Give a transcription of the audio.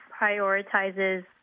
prioritizes